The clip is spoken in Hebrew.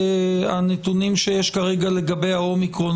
הנתונים שיש כרגע לגבי האומיקרון,